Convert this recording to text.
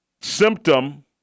symptom